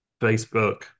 Facebook